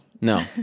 No